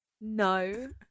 No